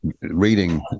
reading